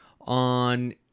on